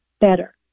Better